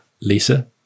Lisa